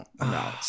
no